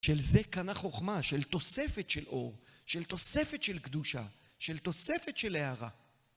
של זה קנה חוכמה, של תוספת של אור, של תוספת של קדושה, של תוספת של הארה.